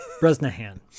bresnahan